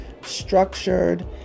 structured